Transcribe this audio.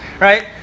Right